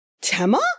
Tema